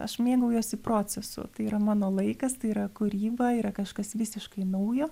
aš mėgaujuosi procesu tai yra mano laikas tai yra kūryba yra kažkas visiškai naujo